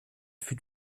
fut